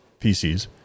PCs